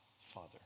Father